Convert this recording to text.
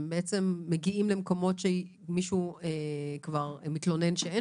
הם מגיעים למקומות שמישהו מתלונן שאין